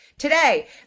Today